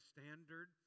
Standard